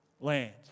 land